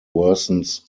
worsens